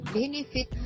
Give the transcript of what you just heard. benefit